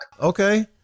Okay